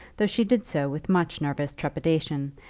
though she did so with much nervous trepidation,